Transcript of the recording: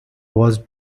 was